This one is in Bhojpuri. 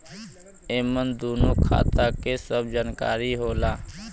एमन दूनो खाता के सब जानकारी होला